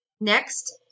next